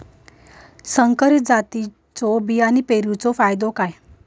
संकरित जातींच्यो बियाणी पेरूचो फायदो काय?